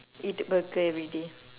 eat burger everyday